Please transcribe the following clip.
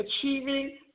achieving